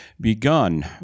begun